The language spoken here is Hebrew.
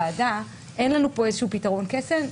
אין לנו כאן איזשהו פתרון קסם.